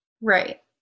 Right